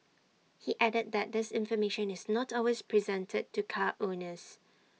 he added that this information is not always presented to car owners